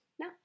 No